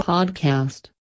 Podcast